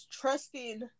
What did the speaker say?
Trusting